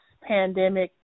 pandemic